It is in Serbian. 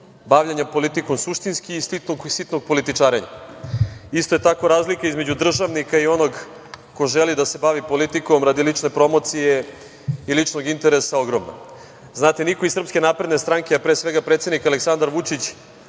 bavljenja politikom suštinski i sitnog političarenja. Isto je tako razlika između državnika i onog ko želi da se bavi politikom radi lične promocije i ličnog interesa ogromna. Znate, niko iz SNS, a pre svega predsednik Aleksandar Vučić